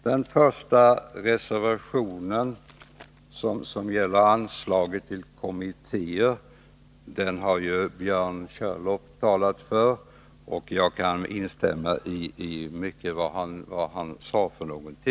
Den första reservationen, som gäller anslaget till kommittéer, har Björn Körlof talat för, och jag kan instämma i mycket av vad han sade.